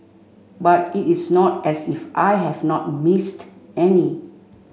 but it is not as if I have not missed any